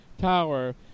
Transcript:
tower